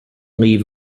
leave